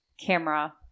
camera